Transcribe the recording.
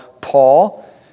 Paul